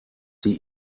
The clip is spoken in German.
sie